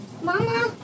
Mama